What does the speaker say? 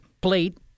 plate